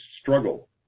struggle